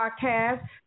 podcast